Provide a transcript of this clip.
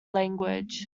language